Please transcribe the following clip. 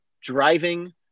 driving